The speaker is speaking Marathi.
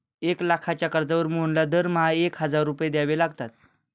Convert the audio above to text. एक लाखाच्या कर्जावर मोहनला दरमहा एक हजार रुपये द्यावे लागतात